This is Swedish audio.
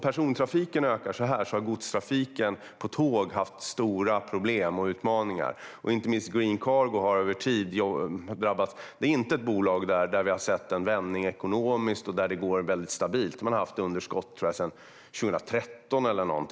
Persontrafiken ökar starkt, men godstrafiken på tåg har haft stora problem och utmaningar. Inte minst gäller det Green Cargo. Det är inte ett bolag där vi har sett en vändning ekonomiskt och där det går stabilt, utan man har haft underskott i verksamheten sedan 2013 eller så.